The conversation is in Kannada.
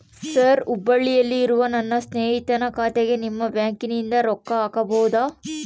ಸರ್ ಹುಬ್ಬಳ್ಳಿಯಲ್ಲಿ ಇರುವ ನನ್ನ ಸ್ನೇಹಿತನ ಖಾತೆಗೆ ನಿಮ್ಮ ಬ್ಯಾಂಕಿನಿಂದ ರೊಕ್ಕ ಹಾಕಬಹುದಾ?